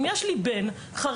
אם יש לי בן חרדי,